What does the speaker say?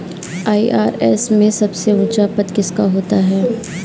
IRS में सबसे ऊंचा पद किसका होता है?